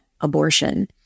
abortion